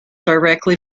directly